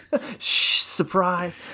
surprise